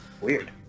Weird